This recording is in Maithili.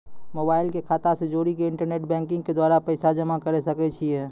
मोबाइल के खाता से जोड़ी के इंटरनेट बैंकिंग के द्वारा पैसा जमा करे सकय छियै?